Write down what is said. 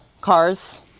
cars